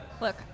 Look